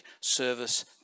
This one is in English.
service